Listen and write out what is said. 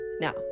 Now